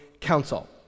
council